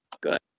Good